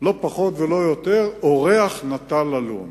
לא פחות ולא יותר אורח נטה ללון.